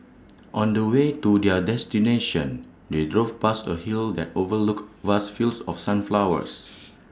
on the way to their destination they drove past A hill that overlooked vast fields of sunflowers